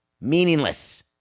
meaningless